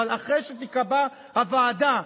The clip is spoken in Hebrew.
אבל אחרי שתיקבע הוועדה,